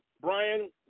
Brian